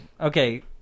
Okay